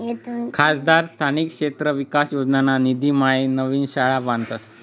खासदार स्थानिक क्षेत्र विकास योजनाना निधीम्हाईन नवीन शाळा बांधतस